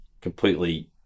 completely